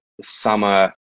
summer